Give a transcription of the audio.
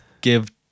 give